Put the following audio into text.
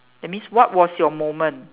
that means what was your moment